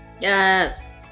Yes